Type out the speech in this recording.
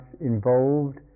involved